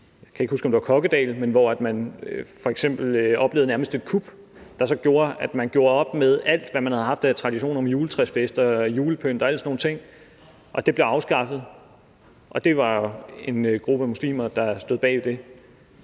Jeg kan ikke huske, om det var i Kokkedal, men i en boligforening oplevede man nærmest et kup, der gjorde, at man gjorde op med alt, hvad man havde haft af traditioner om juletræsfester, julepynt og alle sådan nogle ting, og det blev afskaffet. Det var en gruppe af muslimer, der stod bag det.